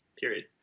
Period